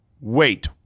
Wait